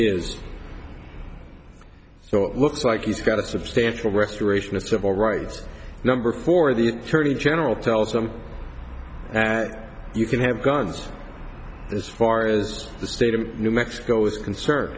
looks like he's got a substantial restoration of civil rights number for the attorney general tells them that you can have guns as far as the state of new mexico is concerned